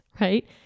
right